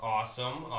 Awesome